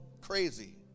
crazy